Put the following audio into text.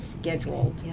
scheduled